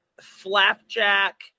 Flapjack